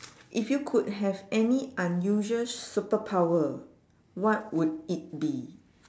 if you could have any unusual superpower what would it be